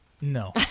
no